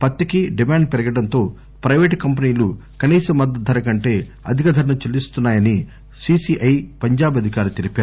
పత్తికి డిమాండ్ పెరగడంతో ప్లెపేటు కంపెనీలు కనీస మద్దతు ధర కంటె అధిక ధరను చెల్లిస్తున్నాయని సిసిఐ పంజాబ్ అధికారి తెలిపారు